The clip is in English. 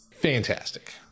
Fantastic